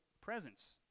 presence